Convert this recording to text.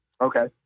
Okay